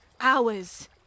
hours